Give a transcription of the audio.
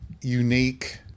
unique